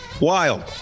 Wild